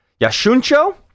Yashuncho